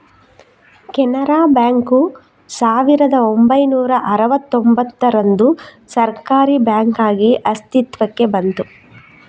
Canara bank ಸಾವಿರದ ಒಂಬೈನೂರ ಅರುವತ್ತೂಂಭತ್ತರಂದು ಸರ್ಕಾರೀ ಬ್ಯಾಂಕಾಗಿ ಅಸ್ತಿತ್ವಕ್ಕೆ ಬಂತು